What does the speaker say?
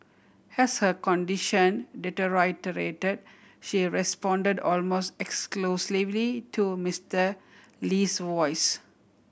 has her condition deteriorated she responded almost exclusively to Mister Lee's voice